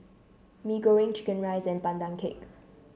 Mee Goreng Chicken Rice and Pandan Cake